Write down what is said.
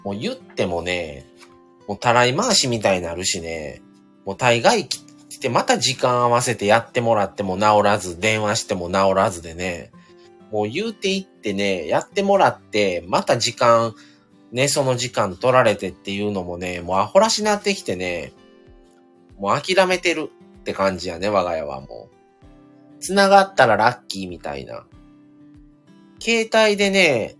もう言ってもね、もうたらい回しみたいになるしね。もう大概来てまた時間合わせてやってもらっても直らず、電話しても直らずでね。もう言うていってね、やってもらって、また時間、ね、その時間取られてっていうのもね、もうアホらしなってきてね。もう諦めてるって感じやね、我が家はもう。繋がったらラッキーみたいな。携帯でね、